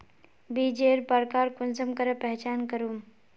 बीजेर प्रकार कुंसम करे पहचान करूम?